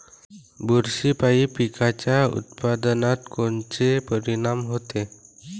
बुरशीपायी पिकाच्या उत्पादनात कोनचे परीनाम होते?